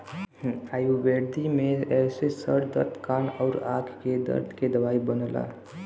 आयुर्वेद में एसे सर दर्द कान आउर आंख के दर्द के दवाई बनला